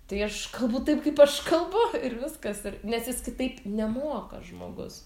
tai aš kalbu taip kaip aš kalbu ir viskas ir nes jis kitaip nemoka žmogus